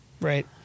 Right